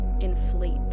inflate